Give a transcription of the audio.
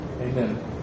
Amen